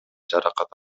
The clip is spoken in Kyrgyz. жаракат